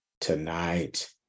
tonight